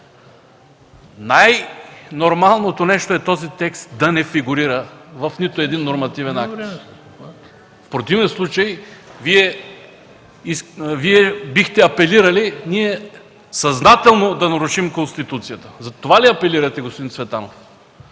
най-нормалното нещо е този текст да не фигурира в нито един нормативен акт. В противен случай Вие бихте апелирали ние съзнателно да нарушим Конституцията. Затова ли апелирате, господин Цветанов?!